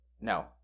No